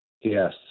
Yes